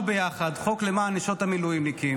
ביחד חוק למען נשות המילואימניקים.